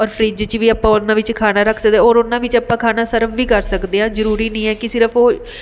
ਔਰ ਫਰਿੱਜ 'ਚ ਵੀ ਆਪਾਂ ਉਹਨਾਂ ਵਿੱਚ ਖਾਣਾ ਰੱਖ ਸਕਦੇ ਔਰ ਉਹਨਾਂ ਵਿੱਚ ਆਪਾਂ ਖਾਣਾ ਸਰਵ ਵੀ ਕਰ ਸਕਦੇ ਹਾਂ ਜ਼ਰੂਰੀ ਨਹੀਂ ਹੈ ਕਿ ਸਿਰਫ ਉਹ